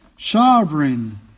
Sovereign